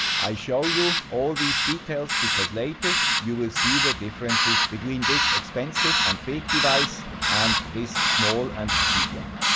i show you all these details because later, you will see the differences between this expensive and big device and this small and cheap one.